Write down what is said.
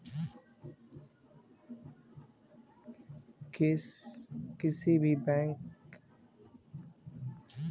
किसी भी ऋण के आवेदन करने के लिए मेरा न्यूनतम वेतन कितना होना चाहिए?